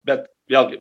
bet vėlgi